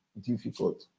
difficult